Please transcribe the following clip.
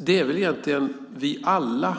Det är väl egentligen vi alla.